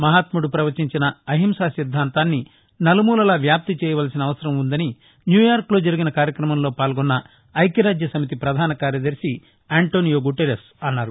మహాత్ముడు ప్రవచించిన అహింసా సిద్గాంతాన్ని నలుమూలలా వ్యాప్తి చేయవలసిన అవసరం వుందని న్యూయార్క్లో జరిగిన కార్యక్రమంలో పాల్గొన్న ఐక్యరాజ్యసమితి పధాన కార్యదర్శి ఆంటోనియో గుటెరస్ అన్నారు